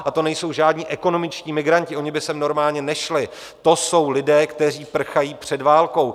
A to nejsou žádní ekonomičtí migranti, oni by sem normálně nešli, to jsou lidé, kteří prchají před válkou.